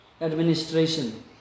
administration